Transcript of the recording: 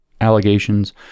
allegations